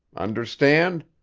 understand?